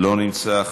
לא נמצא,